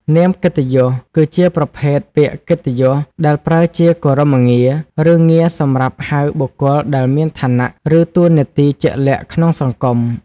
នាមកិត្តិយស គឺជាប្រភេទពាក្យកិត្តិយសដែលប្រើជាគោរមងារ ឬងារសម្រាប់ហៅបុគ្គលដែលមានឋានៈ ឬតួនាទីជាក់លាក់ក្នុងសង្គម។